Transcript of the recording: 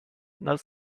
not